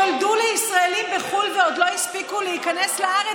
שנולדו לישראלים בחו"ל ועוד לא הספיקו להיכנס לארץ,